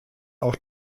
auch